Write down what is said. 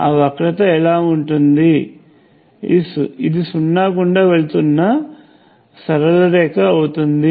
ఆ వక్రత ఎలా ఉంటుంది ఇది సున్నా గుండా వెళుతున్న సరళ రేఖ అవుతుంది